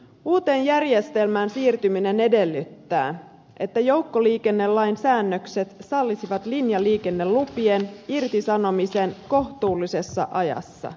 uuteen järjestelmään siirtyminen edellyttää että joukkoliikennelain säännökset sallisivat linjaliikennelupien irtisanomisen kohtuullisessa ajassa